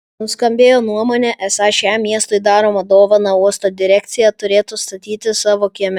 nuskambėjo nuomonė esą šią miestui daromą dovaną uosto direkcija turėtų statytis savo kieme